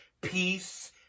peace